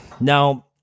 Now